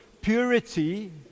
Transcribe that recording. purity